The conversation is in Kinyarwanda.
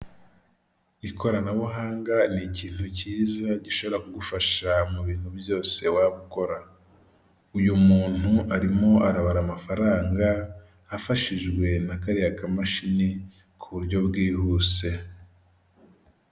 Ikoranabuhanga ni ikintu cyiza gishobora kugufasha mu bintu byose waba ukora. Uyu muntu arimo arabara amafaranga, afashijwe na kariya kamashini ku buryo bwihuse.